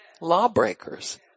Lawbreakers